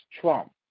Trump